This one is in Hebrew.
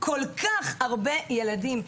כל כך הרבה ילדים.